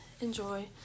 enjoy